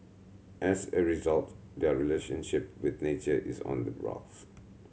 as a result their relationship with nature is on the rocks